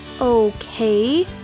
Okay